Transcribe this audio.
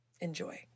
Enjoy